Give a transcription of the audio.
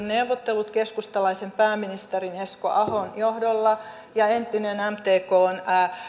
neuvottelut keskustalaisen pääministerin esko ahon johdolla ja entinen mtkn